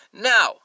Now